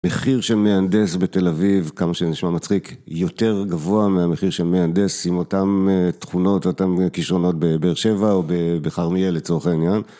מחיר של מהנדס בתל אביב, כמה שנשמע מצחיק, יותר גבוה מהמחיר של מהנדס עם אותן תכונות ואותן כישרונות בבאר שבע או בכרמיאל לצורך העניין.